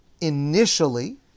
initially